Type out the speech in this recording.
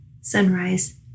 sunrise